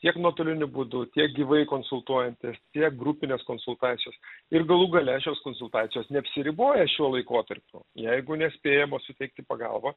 tiek nuotoliniu būdu tiek gyvai konsultuojantis tiek grupinės konsultacijos ir galų gale šios konsultacijos neapsiriboja šiuo laikotarpiu jeigu nespėjama suteikti pagalbą